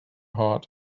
heart